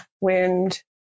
wind